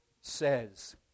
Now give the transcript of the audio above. says